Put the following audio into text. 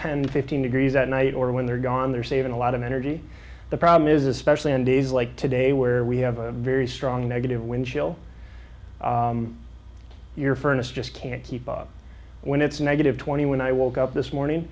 ten fifteen degrees at night or when they're gone they're saving a lot of energy the problem is especially on days like today where we have a very strong negative wind chill your furnace just can't keep up when it's negative twenty when i woke up this morning